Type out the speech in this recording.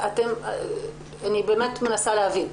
אני באמת מנסה להבין.